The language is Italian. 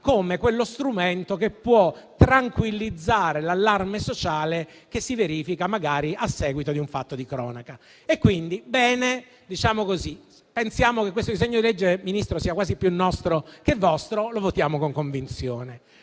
e a uno strumento che può tranquillizzare l'allarme sociale che si verifica a seguito di un fatto di cronaca. Bene, quindi, signor Ministro: pensiamo che questo disegno di legge sia quasi più nostro che vostro e lo votiamo con convinzione.